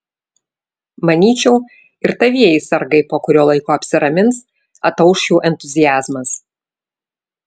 manyčiau ir tavieji sargai po kurio laiko apsiramins atauš jų entuziazmas